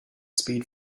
speed